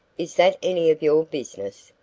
is that any of your business?